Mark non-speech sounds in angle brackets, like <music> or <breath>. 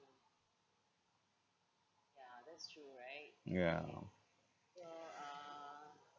yeah <breath>